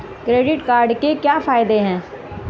Credit card के क्या फायदे हैं?